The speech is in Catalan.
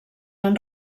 han